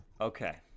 Okay